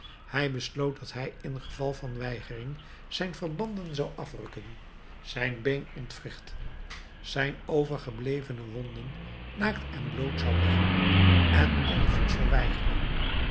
hij besloot dat hij ingeval van weigering zijn verbanden zou afrukken zijn been ontwrichten zijn overgeblevene wonden naakt en bloot zou leggen en alle voedsel weigeren